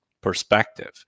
perspective